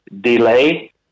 delay